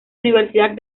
universidad